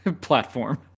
platform